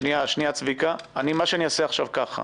אני אעשה ככה: